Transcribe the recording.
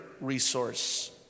resource